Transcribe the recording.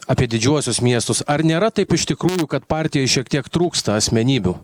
apie didžiuosius miestus ar nėra taip iš tikrųjų kad partijoj šiek tiek trūksta asmenybių